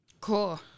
Cool